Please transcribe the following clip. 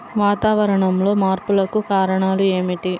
వాతావరణంలో మార్పులకు కారణాలు ఏమిటి?